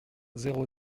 zéro